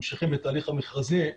ממשיכים את ההליך המכרזי,